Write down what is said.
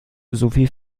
sowie